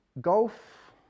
Golf